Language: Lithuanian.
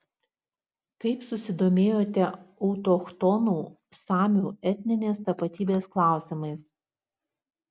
kaip susidomėjote autochtonų samių etninės tapatybės klausimais